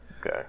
Okay